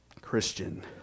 Christian